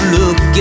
look